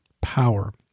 power